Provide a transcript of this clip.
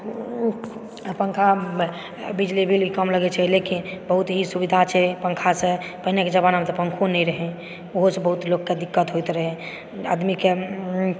ओ पङ्खामे बिजली बिल कम लगै छै लेकिन बहुत ही सुविधा छै पङ्खासँ पहिलुक जमानामे तऽ पङ्खो नहि रहए ओहोसंँ बहुत लोग कऽ दिक्कत होइत रहए आदमीकेंँ